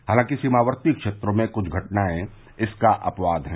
हालांकि सीमावर्ती क्षेत्रों में कुछ घटनाएं इसका अपवाद हैं